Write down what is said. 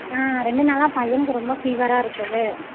ஆ ரெண்டு நாளாக பையனுக்கு ரொம்ப ஃபிவராக இருக்குது